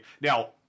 Now